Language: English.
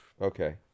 Okay